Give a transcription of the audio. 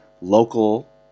local